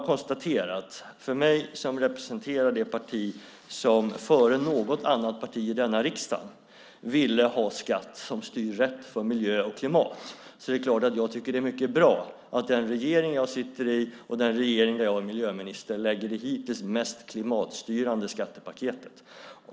Jag representerar det parti som före något annat parti i denna riksdag ville ha skatt som styr rätt för miljö och klimat så det är klart att jag tycker att det är mycket bra att den regering som jag sitter i och är miljöminister i lägger det hittills mest klimatstyrande skattepaketet.